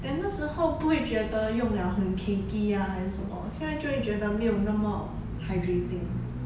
then 那时候不会觉得用 liao 很 cakey ah 还是什么现在就会觉得没有那么 hydrating